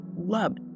loved